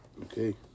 Okay